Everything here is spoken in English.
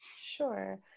Sure